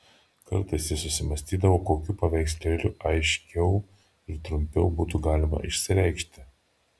kartais jis susimąstydavo kokiu paveikslėliu aiškiau ir trumpiau būtų galima išsireikšti